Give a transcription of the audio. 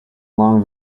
long